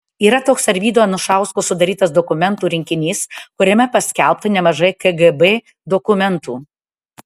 yra toks arvydo anušausko sudarytas dokumentų rinkinys kuriame paskelbta nemažai kgb dokumentų